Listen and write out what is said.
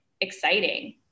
exciting